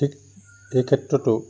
ঠিক এই ক্ষেত্ৰতো